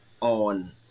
on